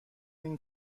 این